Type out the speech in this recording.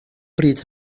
bryd